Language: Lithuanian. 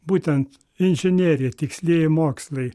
būtent inžinerija tikslieji mokslai